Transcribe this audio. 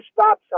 stop